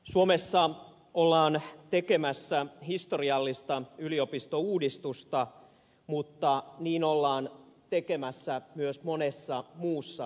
suomessa ollaan tekemässä historiallista yliopistouudistusta mutta niin ollaan tekemässä myös monessa muussa euroopan maassa